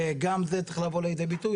גם זה צריך לבוא לידי ביטוי,